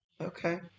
Okay